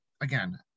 again